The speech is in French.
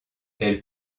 elle